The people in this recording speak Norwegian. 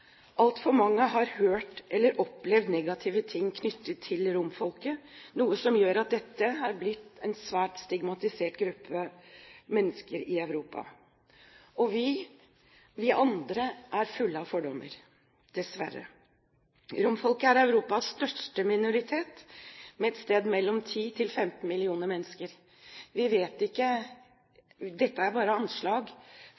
Altfor mange har hørt om eller opplevd negative ting knyttet til romfolket, noe som gjør at dette har blitt en svært stigmatisert gruppe mennesker i Europa. Og vi – vi andre – er fulle av fordommer, dessverre. Romfolket er Europas største minoritet med et sted mellom ti og 15 millioner mennesker.